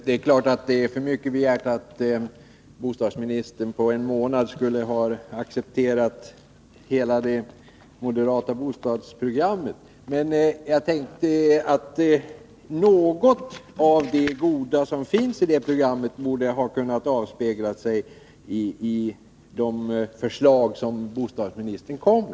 Herr talman! Självfallet är det för mycket begärt att Hans Gustafsson efter en månad som bostadsminister skall ha accepterat hela det moderata bostadsprogrammet, men jag tänkte att ändå något av det goda som finns i detta borde ha kunnat avspegla sig i de förslag som bostadsministern lagt fram.